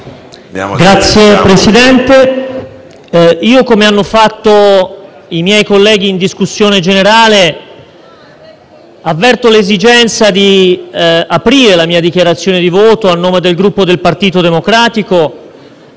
Signor Presidente, come hanno fatto i miei colleghi in sede di discussione, avverto l'esigenza di aprire la mia dichiarazione di voto a nome del Gruppo Partito Democratico